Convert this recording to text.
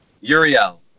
Uriel